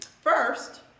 First